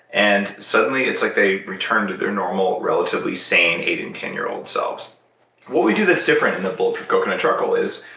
and suddenly it's like they return to their normal, relatively sane eight and ten year old selves what we do that's different in the bulletproof coconut charcoal is.